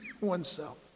oneself